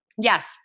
Yes